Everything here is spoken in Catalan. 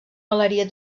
galeria